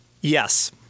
Yes